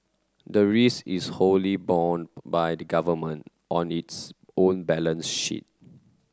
the risk is wholly borne by the Government on its own balance sheet